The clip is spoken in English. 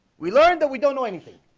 we learned that we don't know anything